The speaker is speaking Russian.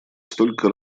столько